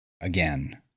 Again